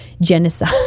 genocide